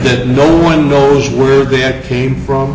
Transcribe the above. that no one knows where they came from